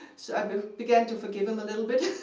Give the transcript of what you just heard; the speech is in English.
so i but began to forgive him a little bit.